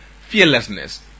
fearlessness